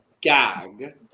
Gag